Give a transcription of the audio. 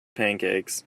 pancakes